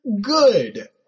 good